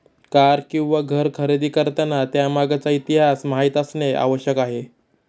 car किंवा घर खरेदी करताना त्यामागचा इतिहास माहित असणे आवश्यक आहे